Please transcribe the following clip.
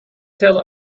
tell